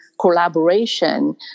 collaboration